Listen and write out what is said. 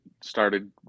started